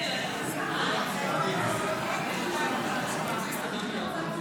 להלן תוצאות ההצבעה: